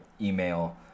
email